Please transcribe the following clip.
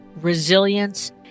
resilience